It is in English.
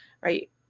right